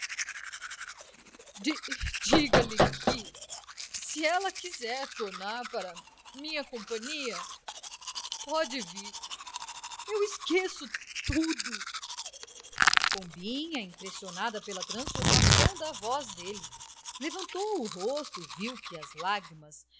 de soluços diga-lhe que se ela quiser tornar pra minha companhia que pode vir eu esqueço tudo pombinha impressionada pela transformação da voz dele levantou o rosto e viu que as lágrimas